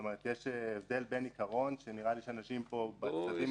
האם יש הבדל בין עיקרון שנראה לי שאנשים פה בצדדים